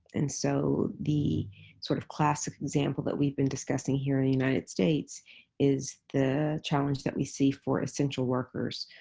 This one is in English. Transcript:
and so the sort of classic example that we've been discussing here in the united states is the challenge that we see for essential workers.